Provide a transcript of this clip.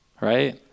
Right